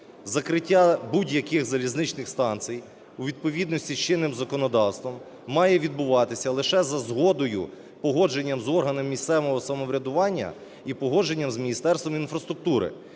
Закриття будь-яких залізничних станцій у відповідності з чинним законодавством має відбуватися лише за згодою, погодженням з органами місцевого самоврядування і погодженням з Міністерством інфраструктури.